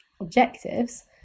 objectives